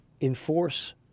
enforce